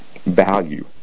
value